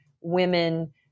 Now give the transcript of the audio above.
women